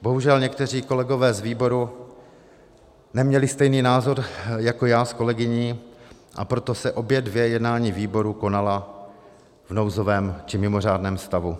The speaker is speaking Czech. Bohužel někteří kolegové z výboru neměli stejný názor jako já s kolegyní, a proto se obě dvě jednání výboru konala v nouzovém či mimořádném stavu.